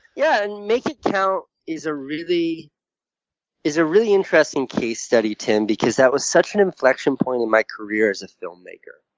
yeah. and make it count is a really is a really interesting case study, tim, because that was such an inflection point in my career as a filmmaker.